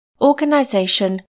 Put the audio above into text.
organization